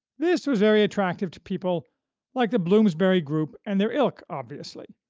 this was very attractive to people like the bloomsbury group and their ilk, obviously.